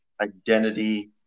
identity